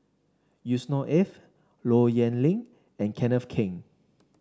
Yusnor Ef Low Yen Ling and Kenneth Keng